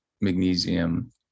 magnesium